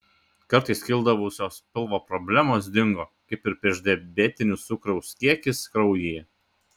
kartais kildavusios pilvo problemos dingo kaip ir priešdiabetinis cukraus kiekis kraujyje